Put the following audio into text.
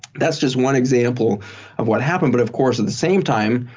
that's just one example of what happened but of course at the same time,